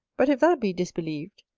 but if that be disbelieved,